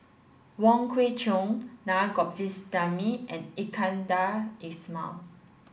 Wong Kwei Cheong Naa Govindasamy and Iskandar Ismail